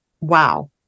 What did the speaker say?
wow